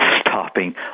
stopping